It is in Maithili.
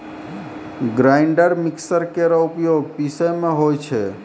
ग्राइंडर मिक्सर केरो उपयोग पिसै म होय छै